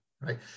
right